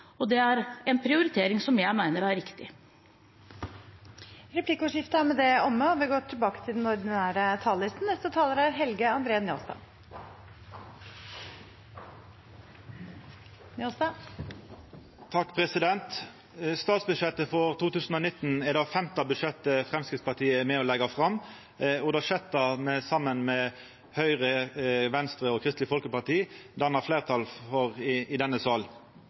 direkte. Det er en prioritering som jeg mener er riktig. Replikkordskiftet er omme. Statsbudsjettet for 2019 er det femte budsjettet Framstegspartiet er med på å leggja fram, og det sjette som me saman med Høgre, Venstre og Kristeleg Folkeparti har danna fleirtal for i denne salen. I